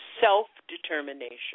self-determination